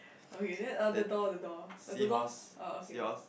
okay then uh the door the door does the door oh okay